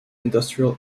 industrial